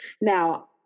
Now